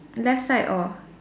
left side or